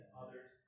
others